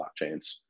blockchains